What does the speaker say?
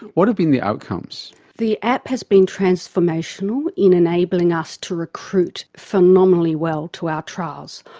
what have been the outcomes? the app has been transformational in enabling us to recruit phenomenally well to our trials.